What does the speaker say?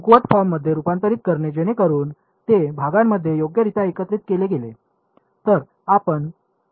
कमकुवत फॉर्ममध्ये रूपांतरित करणे जेणेकरून ते भागांमध्ये योग्यरित्या एकत्रित केले गेले